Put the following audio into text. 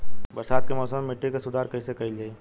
बरसात के मौसम में मिट्टी के सुधार कइसे कइल जाई?